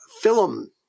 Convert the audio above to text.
film